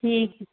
ঠিক